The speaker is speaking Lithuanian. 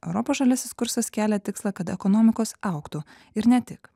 europos žaliasis kursas kelia tikslą kad ekonomikos augtų ir ne tik